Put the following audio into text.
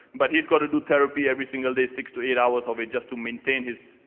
but he's gotta do therapy every single day, six to eight hours of it just to maintain his,